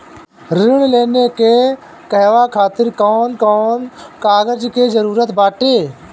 ऋण लेने के कहवा खातिर कौन कोन कागज के जररूत बाटे?